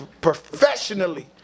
professionally